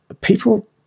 people